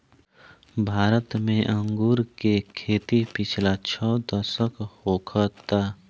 भारत में अंगूर के खेती पिछला छह दशक होखता